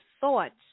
thoughts